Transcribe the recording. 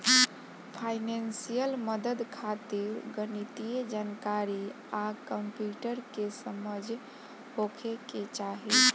financial मदद खातिर गणितीय जानकारी आ कंप्यूटर के समझ होखे के चाही